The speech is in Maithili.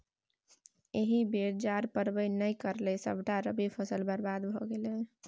एहि बेर जाड़ पड़बै नै करलै सभटा रबी फसल बरबाद भए गेलै